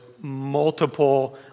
multiple